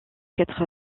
être